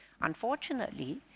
unfortunately